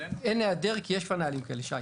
אין היעדר, כי יש פה נהלים כאלה, שי.